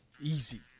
Easy